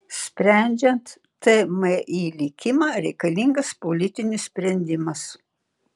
sprendžiant tmi likimą reikalingas politinis sprendimas